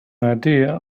idea